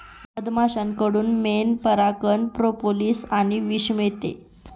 मधमाश्यांकडून मेण, परागकण, प्रोपोलिस आणि विष मिळते